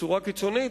בצורה קיצונית,